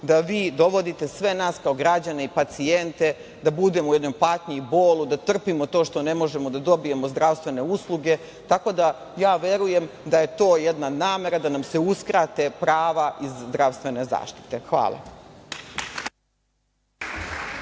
da vi dovodite sve nas kao građane i pacijente da budemo u jednoj patnji i bolu, da trpimo to što ne možemo da dobijemo zdravstvene usluge. Verujem da je to jedna namera da nam se uskrate prava iz zdravstvene zaštite. Hvala.